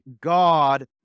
God